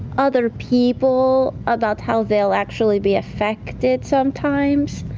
other people, about how they'll actually be affected, sometimes.